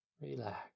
relax